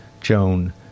Joan